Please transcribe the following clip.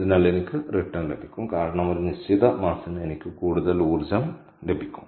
അതിനാൽ എനിക്ക് റിട്ടേൺ ലഭിക്കും കാരണം ഒരു നിശ്ചിത പിണ്ഡത്തിന് എനിക്ക് കൂടുതൽ ഊർജ്ജം ലഭിക്കും